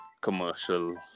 commercial